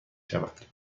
شود